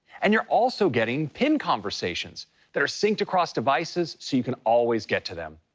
and you're also getting pinned conversations that are synced across devices so you can always get to them,